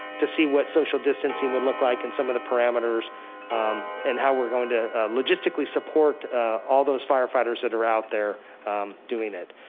to see what social distancing would look like and some of the parameters and how we're going to logistically support all those firefighters that are out there doing it.